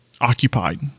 occupied